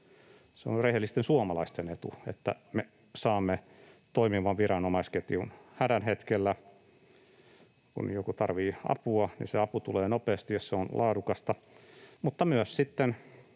se on rehellisten suomalaisten etu, että me saamme toimivan viranomaisketjun hädän hetkellä ja että kun joku tarvitsee apua, niin se apu tulee nopeasti, jos se on laadukasta,